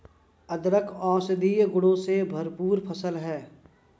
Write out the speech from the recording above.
अदरक औषधीय गुणों से भरपूर फसल है